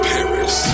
Paris